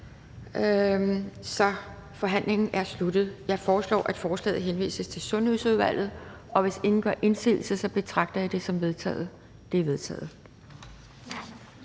er forhandlingen sluttet. Jeg foreslår, at forslaget til folketingsbeslutning henvises til Sundhedsudvalget, og hvis ingen gør indsigelse, betragter jeg det som vedtaget. Det er vedtaget.